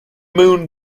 moon